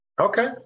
okay